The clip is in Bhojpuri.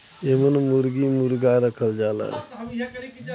एमन मुरगी मुरगा रखल जाला